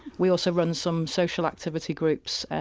we also run some social activity groups